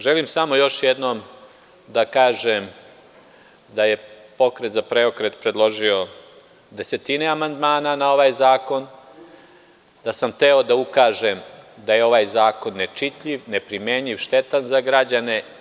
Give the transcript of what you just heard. Želim samo još jednom da kažem da je „Pokret za preokret“ predložio desetine amandmana na ovaj zakon i da sam hteo da ukažem na to da je ovaj zakon nečitljiv, neprimenjiv i štetan za građane.